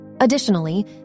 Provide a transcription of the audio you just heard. Additionally